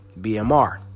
BMR